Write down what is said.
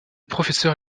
professeur